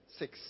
six